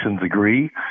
agree